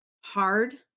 hard